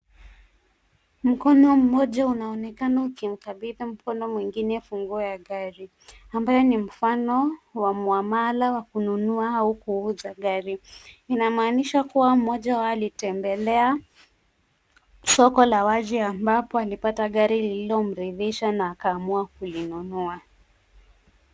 Mkono mmoja unaonekana ukimkabidhi mkono mwingine funguo ya gari. Ambayo ni mfano wa muamala wa kununua au kuuza gari. Inamaanisha kuwa mmoja alitembelea soko la wazi ambapo alipata gari lililomridhisha na akaamua kulinunua.